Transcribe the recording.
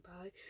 bye